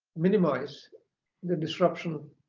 minimize the disruption